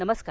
नमस्कार